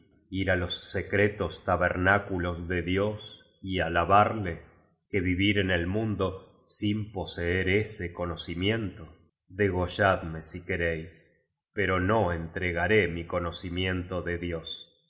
ir á los secretos tabernáculos de dios y alabarle que vivir en el mundo sin poseer ese conocí miento degolladme si queréis pero no entregaré mi conoci miento de dios